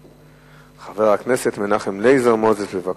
חבר הכנסת מנחם אליעזר מוזס, בבקשה.